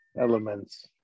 elements